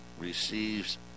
receives